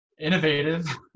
innovative